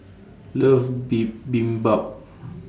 loves Bibimbap